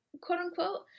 quote-unquote